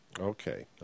Okay